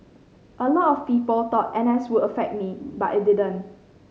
a lot of people thought N S would affect me but it didn't